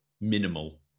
minimal